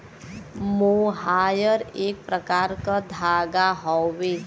मोहायर एक प्रकार क धागा हउवे